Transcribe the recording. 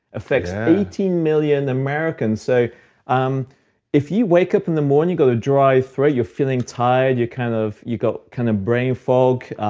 affects eighteen million americans so um if you wake up in the morning, you got a dry throat, you're feeling tired, you kind of you got kind of brain fog,